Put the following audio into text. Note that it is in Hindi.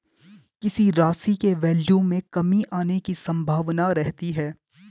किसी राशि के वैल्यू में कमी आने की संभावना रहती है